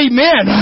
Amen